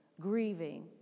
grieving